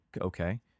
Okay